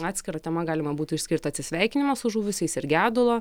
atskira tema galima būtų išskirt atsisveikinimo su žuvusiais ir gedulo